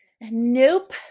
Nope